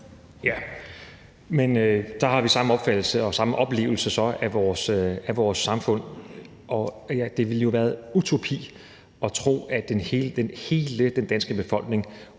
Ja, men der har vi så samme opfattelse og samme oplevelse af vores samfund. Og det ville jo have været utopisk at tro, at hele den danske befolkning